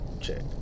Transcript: check